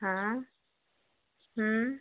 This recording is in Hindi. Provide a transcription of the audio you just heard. हाँ हम्म